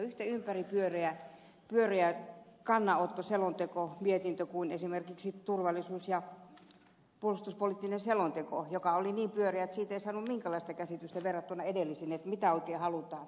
tämä on yhtä ympäripyöreä kannanotto selonteko ja mietintö kuin esimerkiksi turvallisuus ja puolustuspoliittinen selonteko joka oli niin pyöreä että siitä ei saanut minkäänlaista käsitystä verrattuna edellisiin siitä mitä oikein halutaan